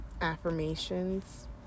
affirmations